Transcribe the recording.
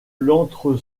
l’entre